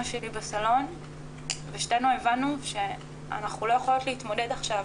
שלי בסלון ושתינו הבנו שאנחנו לא יכולות להתמודד עכשיו